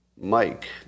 Mike